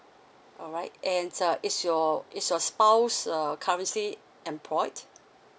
alright and uh is your is your spouse uh currently employed